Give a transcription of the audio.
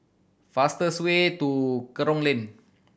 fastest way to Kerong Lane